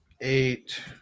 eight